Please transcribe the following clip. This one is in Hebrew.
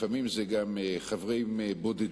לפעמים זה גם חברים בודדים,